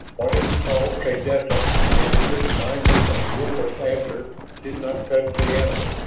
whatever called kaydessa into such mindless and will-less answer did not touch the animals.